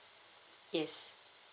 yes